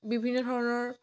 বিভিন্ন ধৰণৰ